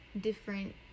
different